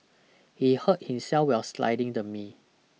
he hurt himself while sliding the me